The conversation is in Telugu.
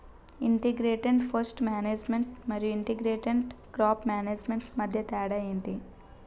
ఇంటిగ్రేటెడ్ పేస్ట్ మేనేజ్మెంట్ మరియు ఇంటిగ్రేటెడ్ క్రాప్ మేనేజ్మెంట్ మధ్య తేడా ఏంటి